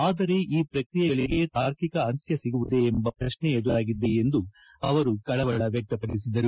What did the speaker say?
ಆದರೆ ಈ ಪ್ರಕ್ರಿಯೆಗಳಿಗೆ ತಾರ್ಕಿಕ ಅಂತ್ಯ ಸಿಗುವುದೇ ಎಂಬ ಪ್ರಶ್ನೆ ಎದುರಾಗಿದೆ ಎಂದು ಅವರು ಕಳವಳ ವ್ಯಕ್ತಪದಿಸಿದರು